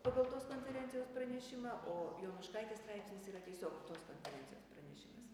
pagal tos konferencijos pranešimą o jonuškaitės straipsnis yra tiesiog tos konferencijos pranešimus